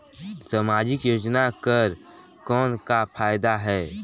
समाजिक योजना कर कौन का फायदा है?